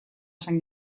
esan